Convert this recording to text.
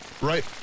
Right